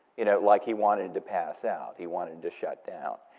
you know, like he wanted to pass out. he wanted to shut down.